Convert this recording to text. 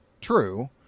true